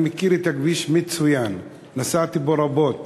אני מכיר את הכביש מצוין, נסעתי בו רבות.